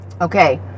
Okay